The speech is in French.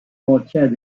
contient